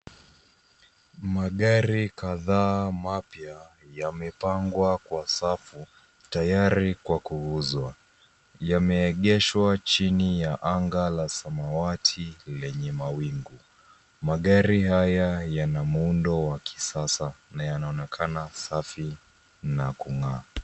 Magari kadhaa mapya yamepangwa kwa safu tayari kwa kuuzwa. Yameegeshwa chini ya anga la samawati lenye mawingu. Magari haya yana muundo wa kisasa na yanaonekana safi na kung'aa.